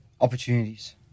Opportunities